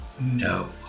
No